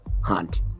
hunt